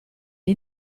gli